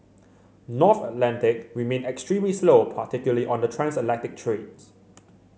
North Atlantic remained extremely slow particularly on the transatlantic trades